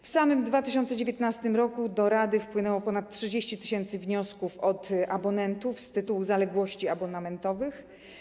W 2019 r. do rady wpłynęło ponad 30 tys. wniosków od abonentów z tytułu zaległości abonamentowych.